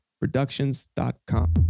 productions.com